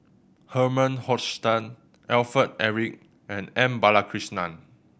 Herman Hochstadt Alfred Eric and M Balakrishnan